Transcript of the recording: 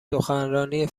سخنرانی